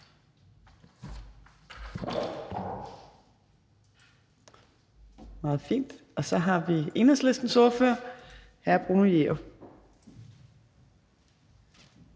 Meget fint! Så har vi Enhedslistens ordfører, hr. Bruno Jerup.